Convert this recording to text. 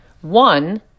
One